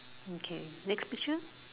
okay next picture